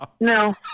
No